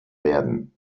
werden